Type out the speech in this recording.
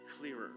clearer